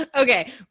okay